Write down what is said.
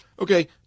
okay